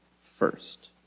first